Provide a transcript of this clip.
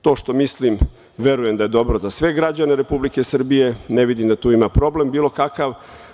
To što mislim, verujem da je dobro za sve građane Republike Srbije, ne vidim da tu ima problem bilo kakav.